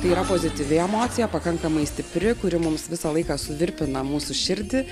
tai yra pozityvi emocija pakankamai stipri kuri mums visą laiką suvirpina mūsų širdį